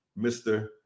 Mr